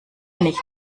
nicht